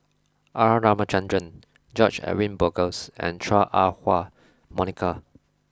R Ramachandran George Edwin Bogaars and Chua Ah Huwa Monica